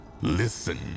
Listen